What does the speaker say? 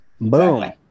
boom